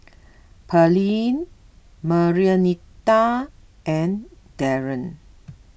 Pearline Marianita and Darren